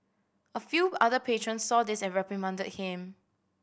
a few other patrons saw this and reprimanded him